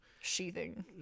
Sheathing